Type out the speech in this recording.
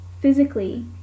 physically